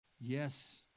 Yes